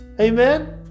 Amen